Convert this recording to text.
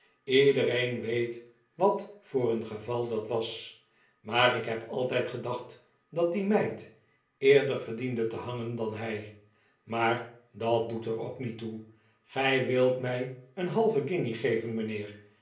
iedereen weet wat voor een geval dat was maar ik heb altijd gedacht dat die meid eerder verdiende te hangen dan hij maar dat doet er ook met toe gij wilt mij een halve guinje geven mijnheer